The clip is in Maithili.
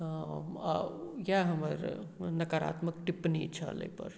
इएह हमर नकारात्मक टिप्पणी छल एहि पर